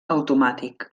automàtic